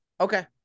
Okay